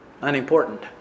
Unimportant